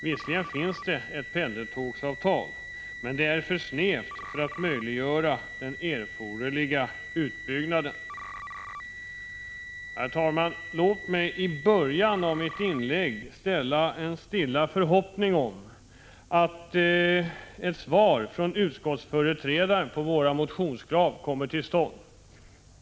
Visserligen finns ett s.k. pendeltågsavtal, men det är för snävt för att möjliggöra den erforderliga utbyggnaden. Herr talman! Låt mig så här i början av mitt inlägg framföra en stilla förhoppning om ett svar från utskottsföreträdaren på våra motionskrav.